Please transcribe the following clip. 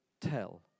tell